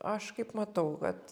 aš kaip matau vat